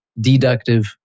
deductive